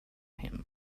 him